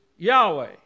Yahweh